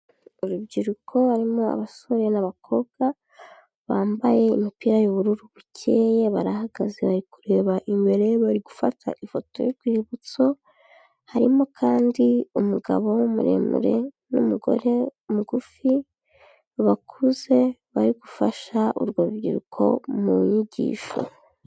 Urubyiruko harimo abasore n'abakobwa bambaye imipira y'ubururu bukea barahagaze bari kureba imbere, bari gufata ifoto y'urwibutso, harimo kandi umugabo muremure n'umugore mugufi bakuze bari gufasha urwo rubyiruko mu nyigisho.